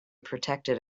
protected